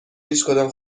هیچکدام